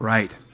Right